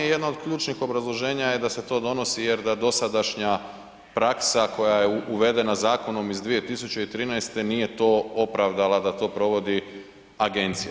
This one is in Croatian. I jedno od ključnih obrazloženja je da se to donosi jer da dosadašnja praksa koja je uvedena Zakonom iz 2013. nije to opravdala da to provodi agencija.